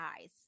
eyes